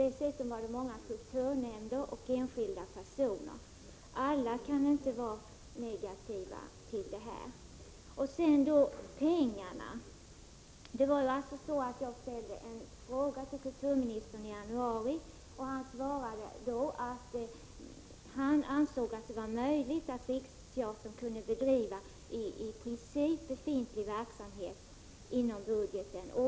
Dessutom var det många kulturnämnder och många enskilda personer. Alla kan inte vara negativa till Prot. 1985/86:128 detta förslag. 25 april 1986 Beträffande pengarna var det så att jag ställde en fråga till kulturministern i januari. Han svarade då att han ansåg att det var möjligt att Riksteatern i princip kunde bedriva befintlig verksamhet inom budgeten.